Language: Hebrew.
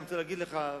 אני רוצה להגיד לך,